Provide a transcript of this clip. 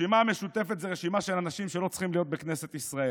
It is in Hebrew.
הרשימה המשותפת היא רשימה של אנשים שלא צריכים להיות בכנסת ישראל.